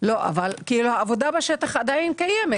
העבודה בשטח עדיין מתקיימת.